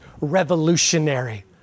revolutionary